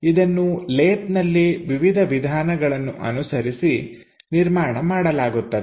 ಇದನ್ನು ಲೇತ್ನಲ್ಲಿ ವಿವಿಧ ವಿಧಾನಗಳನ್ನು ಅನುಸರಿಸಿ ನಿರ್ಮಾಣ ಮಾಡಲಾಗುತ್ತದೆ